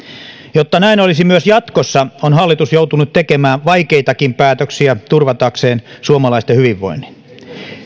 jotta näin olisi myös jatkossa on hallitus joutunut tekemään vaikeitakin päätöksiä turvatakseen suomalaisten hyvinvoinnin